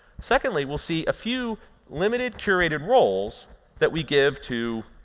secondly, we'll see a few limited curated roles that we give to